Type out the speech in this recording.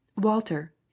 walter